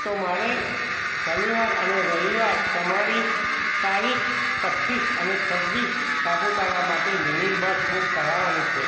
તો મારે શનિવાર અને રવિવાર તમારી તારીખ પચીસ અને છવ્વીસ સાપુતારા માટે મિનિ બસ બુક કરાવવાની છે